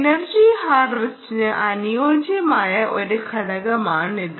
energy ഹാർവെസ്റ്റിന് അനുയോജ്യമായ ഒരു ഘടകമാണിത്